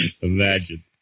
Imagine